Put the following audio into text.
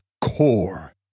core